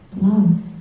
love